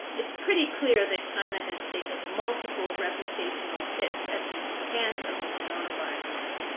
it's pretty clear that china has taken multiple reputational hits at the hands of the coronavirus.